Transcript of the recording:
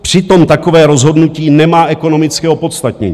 Přitom takové rozhodnutí nemá ekonomické opodstatnění.